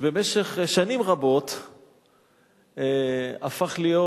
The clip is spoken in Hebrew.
שבמשך שנים רבות הפך להיות